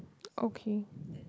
okay